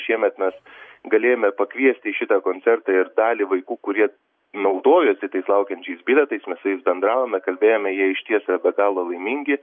šiemet mes galėjome pakviesti į šitą koncertą ir dalį vaikų kurie naudojosi tais laukiančiais bilietais mes su jais bendravome kalbėjome jie išties yra be galo laimingi